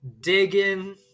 digging